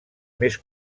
més